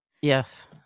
Yes